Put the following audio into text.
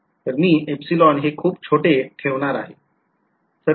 तर मी हे खूप छोटे ठेवणार आहे